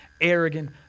arrogant